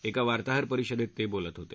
एका वार्ताहर परिषदेत ते बोलत होते